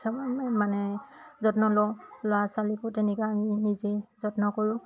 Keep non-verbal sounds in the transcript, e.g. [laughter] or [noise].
[unintelligible] মানে যত্ন লওঁ ল'ৰা ছোৱালীকো তেনেকৈ আমি নিজেই যত্ন কৰোঁ